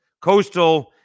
Coastal